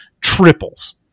triples